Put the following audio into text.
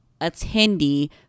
attendee